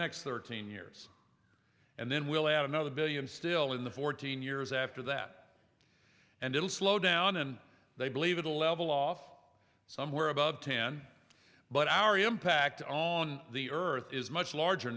next thirteen years and then we'll add another billion still in the fourteen years after that and it will slow down and they believe it'll level off somewhere above ten but our impact on the earth is much larger